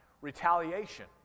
retaliation